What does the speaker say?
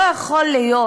לא יכול להיות.